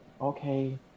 okay